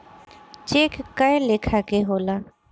check कए लेखा के होला